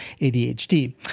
ADHD